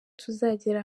tuzagera